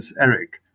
Eric